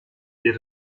get